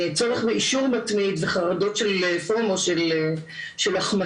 צורך באישור מתמיד וחרדות של פורמו - של החמצה,